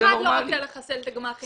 אף אחד לא רוצה לחסל את הגמ"חים.